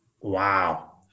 Wow